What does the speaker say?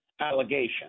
allegation